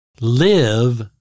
live